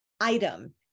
item